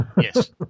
Yes